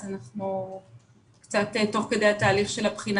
אז אנחנו קצת תוך כדי התהליך של הבחינה